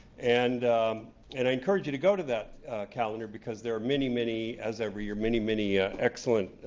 and and i encourage you to go to that calendar, because there are many, many, as every year, many, many ah excellent,